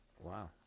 Wow